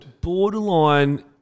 borderline